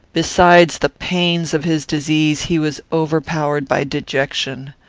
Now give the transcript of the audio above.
besides the pains of his disease, he was overpowered by dejection.